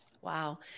Wow